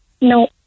No